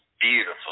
beautiful